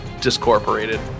discorporated